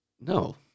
no